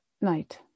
night